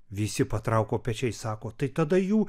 visi patrauko pečiais sako tai tada jų